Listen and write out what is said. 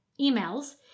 emails